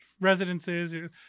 residences